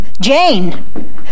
Jane